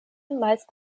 meist